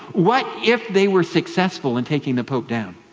what if they were successful in taking the pope down?